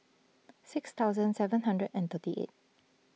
six thousand seven hundred and thirty eight